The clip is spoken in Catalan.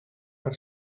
per